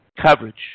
coverage